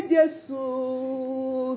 Jesus